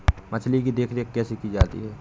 मछली की देखरेख कैसे की जाती है?